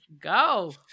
Go